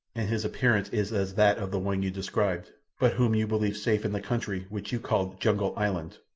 and his appearance is as that of the one you described, but whom you believed safe in the country which you called jungle island.